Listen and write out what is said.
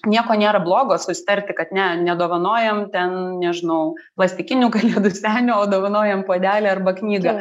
nieko nėra blogo susitarti kad ne nedovanojam ten nežinau plastikinių kalėdų senių o dovanojam puodelį arba knygą